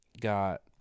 got